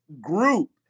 group